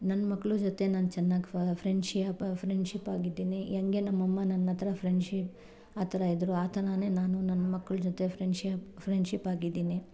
ನನ್ನ ಮಕ್ಳ ಜೊತೆ ನಾನು ಚೆನ್ನಾಗಿ ಫ್ರೆಂಡ್ಶಿ ಫ್ರೆಂಡ್ ಶಿಪ್ ಆಗಿದ್ದೀನಿ ಹೆಂಗೆ ನಮ್ಮಮ್ಮ ನನ್ನತ್ರ ಫ್ರೆಂಡ್ ಶಿಪ್ ಆ ಥರ ಇದ್ರು ಆ ಥರಾವೇ ನಾನು ನನ್ನ ಮಕ್ಳ ಜೊತೆ ಫ್ರೆಂಡ್ ಶಿಪ್ ಫ್ರೆಂಡ್ ಶಿಪ್ ಆಗಿದ್ದೀನಿ